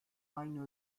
aynı